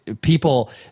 people